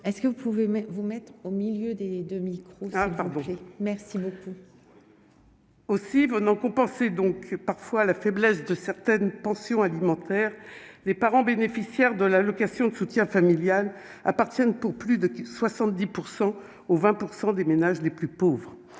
est ce que vous pouvez vous mettent au milieu des 2 micros Sylvain Bourget merci beaucoup. Aussi venant compenser donc parfois la faiblesse de certaines pensions alimentaires, les parents bénéficiaires de l'allocation de soutien familial à partir pour plus de 70 % au 20 % des ménages les plus pauvres,